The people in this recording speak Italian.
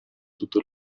tutto